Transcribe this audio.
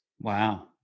Wow